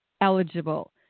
eligible